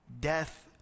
Death